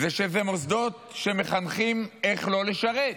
זה שאלה מוסדות שמחנכים איך לא לשרת.